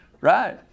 Right